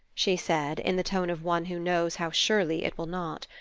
she said, in the tone of one who knows how surely it will not.